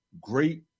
great